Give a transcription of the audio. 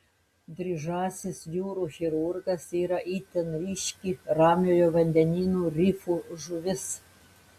dryžasis jūrų chirurgas yra itin ryški ramiojo vandenyno rifų žuvis